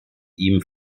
ihm